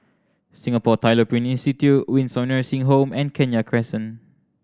Singapore Tyler Print Institute Windsor Nursing Home and Kenya Crescent